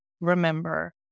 remember